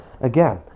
again